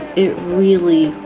it really,